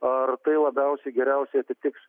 ar tai labiausiai geriausiai atitiks